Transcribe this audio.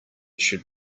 should